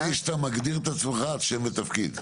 לפני שאתה מגדיר את עצמך, שם ותפקיד.